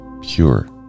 pure